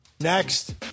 Next